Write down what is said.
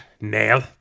nail